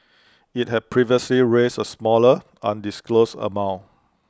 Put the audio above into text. IT had previously raised A smaller undisclosed amount